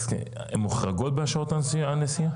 הן מוחרגות בשעות הנסיעה?